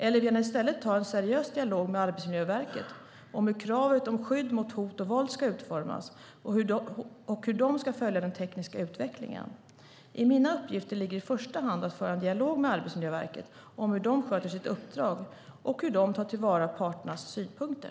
Eller vill han i stället ta en seriös dialog med Arbetsmiljöverket om hur kraven om skydd mot hot och våld ska utformas och hur de ska följa den tekniska utvecklingen? I mina uppgifter ligger i första hand att föra en dialog med Arbetsmiljöverket om hur de sköter sitt uppdrag och hur de tar till vara parternas synpunkter.